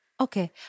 Okay